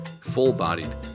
full-bodied